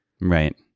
Right